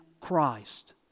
Christ